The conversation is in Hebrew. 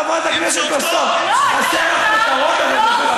בואו נחזור לעיקר, והעיקר הוא דבר אחד.